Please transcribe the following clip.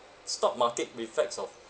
stock market reflects of